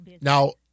Now